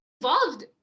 involved